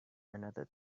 another